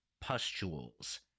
pustules